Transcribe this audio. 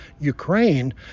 Ukraine